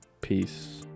Peace